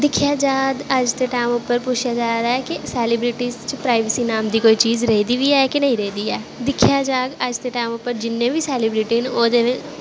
दिक्खेआ जा अज्ज दे टैम उप्पर पुच्छेआ जारदा ऐ जे सैलिब्रिटी च प्राइवेसी नांऽ दी कोई चीज़ रेह् दी बी ऐ जां नेंई दिक्खेआ जा अज्ज दे टैम उप्पर जिन्नें बी सैलिब्रिटी न ओह् ते